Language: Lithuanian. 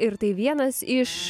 ir tai vienas iš